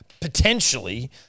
potentially